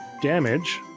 damage